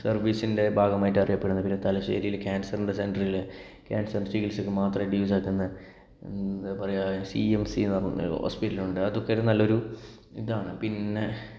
സർവീസിന്റെ ഭാഗമായി അറിയപ്പെടുന്ന ഒരു പിന്നെ തലശ്ശേരിയില് കാൻസറിന്റെ സെന്ററില്ലേ കാൻസർ ചികിൽസക്ക് മാത്രം വിവിധ സ്ഥലത്ത് നിന്ന് എന്താ പറയുക സി എം സി എന്ന് പറയുന്ന ഹോസ്പിറ്റൽ ഉണ്ട് അതൊക്കെ ഒരു നല്ലൊരു ഇതാണ് പിന്നെ